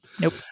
Nope